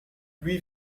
lui